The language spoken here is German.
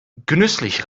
genüsslich